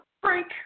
Frank